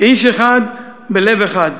כאיש אחד בלב אחד.